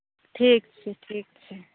ठीक छै ठीक छै